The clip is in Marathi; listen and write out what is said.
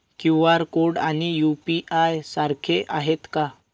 क्यू.आर कोड आणि यू.पी.आय सारखे आहेत का?